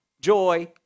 joy